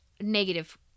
negative